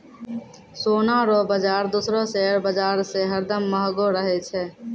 सोना रो बाजार दूसरो शेयर बाजार से हरदम महंगो रहै छै